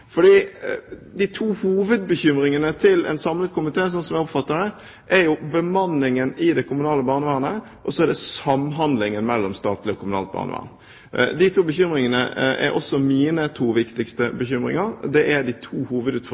de to hovedbekymringene som en samlet komité har, slik jeg oppfatter det, er jo bemanningen i det kommunale barnevernet og samhandlingen mellom statlig og kommunalt barnevern. De to bekymringene er også mine viktigste bekymringer, og det er de to